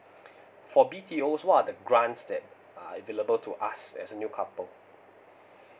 for B T O what are the grants that uh available to us as a new couple